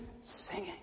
singing